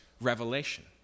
revelation